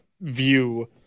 view